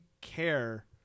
care